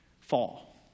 fall